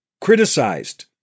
criticized